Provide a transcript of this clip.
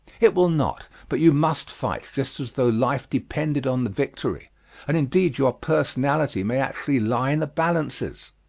it will not, but you must fight just as though life depended on the victory and indeed your personality may actually lie in the balances!